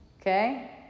Okay